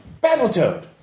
Battletoad